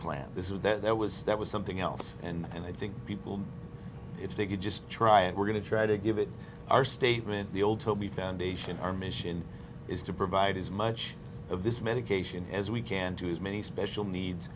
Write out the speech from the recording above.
plan this was that was that was something else and i think people if they could just try it we're going to try to give it our statement the old toby foundation our mission is to provide as much of this medication as we can to as many special needs